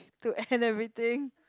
to end everything